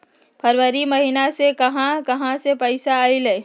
फरवरी महिना मे कहा कहा से पैसा आएल?